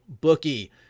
bookie